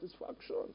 satisfaction